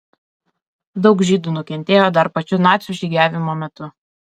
daug žydų nukentėjo dar pačiu nacių žygiavimo metu